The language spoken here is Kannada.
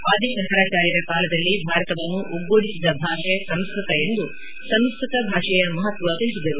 ಆದಿ ಶಂಕರಾಚಾರ್ಯರ ಕಾಲದಲ್ಲಿ ಭಾರತವನ್ನು ಒಗ್ಗೂಡಿಸಿದ ಭಾಷೆ ಸಂಸ್ಕತ ಎಂದು ಸಂಸ್ಕತ ಭಾಷೆಯ ಮಹತ್ವ ತಿಳಿಸಿದರು